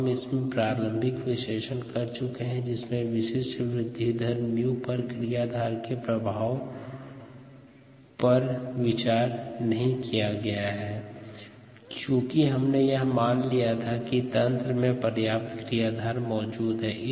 हम प्रारंभिक विश्लेषण कर चुके है जिसमे विशिष्ट वृद्धि दर 𝜇 पर क्रियाधार के प्रभाव पर विचार नहीं किया गया था क्योंकि हमने यह मान लिया था कि तंत्र में पर्याप्त क्रियाधार मौजूद था